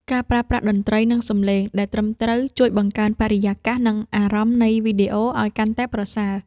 ការប្រើប្រាស់តន្ត្រី និងសំឡេង ដែលត្រឹមត្រូវ ជួយបង្កើនបរិយាកាស និងអារម្មណ៍នៃវីដេអូឱ្យកាន់តែប្រសើរ។